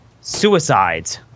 suicides